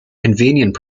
convenient